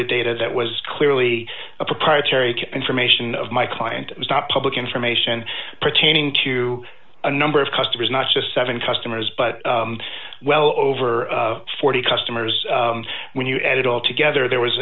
t data that was clearly a proprietary information of my client it was not public information pertaining to a number of customers not just seven customers but well over forty customers when you add it all together there was